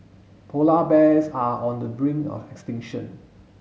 polar bears are on the brink of extinction